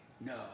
no